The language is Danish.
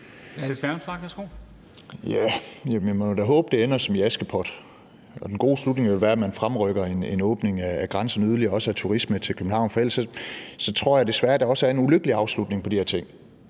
Alex Vanopslagh (LA): Vi må da håbe, at det ender som i Askepot. Den gode slutning ville være, at man fremrykker en åbning af grænserne yderligere og også af turisme til København, for ellers tror jeg desværre, at der også er en ulykkelig afslutning på de her ting